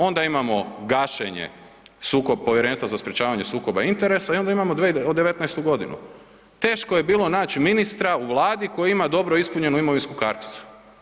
Onda imamo gašenje, sukob Povjerenstva za sprječavanje sukoba interesa i onda imamo 2019. g. Teško je bilo naći ministra u Vladi koji ima dobro ispunjenu imovinsku karticu.